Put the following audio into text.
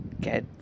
get